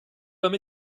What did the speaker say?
aber